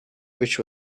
which